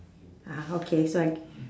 ah okay so I